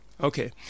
Okay